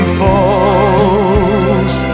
falls